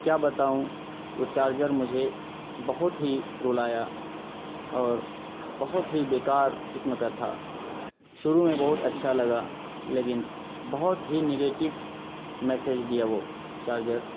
کیا بتاؤں وہ چارجر مجھے بہت ہی رلایا اور بہت ہی بے کار قسم کا تھا شروع میں بہت اچھا لگا لیکن بہت ہی نگیٹیو میسیج دیا وہ چارجر